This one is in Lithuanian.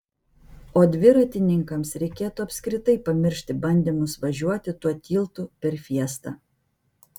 o dviratininkams reikėtų apskritai pamiršti bandymus važiuoti tuo tiltu per fiestą